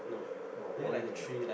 !wah! boring eh